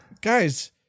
guys